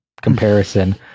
comparison